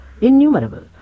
Innumerable